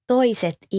Toiset